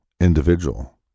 individual